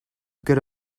good